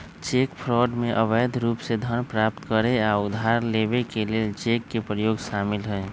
cheque fraud में अवैध रूप से धन प्राप्त करे आऽ उधार लेबऐ के लेल चेक के प्रयोग शामिल हइ